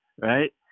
right